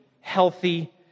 healthy